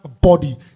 body